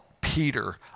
Peter